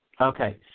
Okay